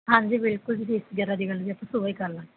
ਹਾਂਜੀ ਬਿਲਕੁਲ ਜੀ ਫੀਸ ਵਗੈਰਾ ਦੀ ਗੱਲ ਜੀ ਅਸੀਂ ਸੁਬਹ ਹੀ ਕਰਲਾਂ ਗੇ ਜੀ